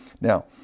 Now